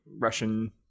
Russian